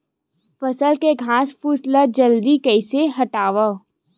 फसल के घासफुस ल जल्दी कइसे हटाव?